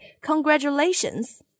Congratulations